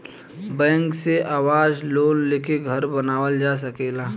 bank से आवास loan लेके घर बानावल जा सकेला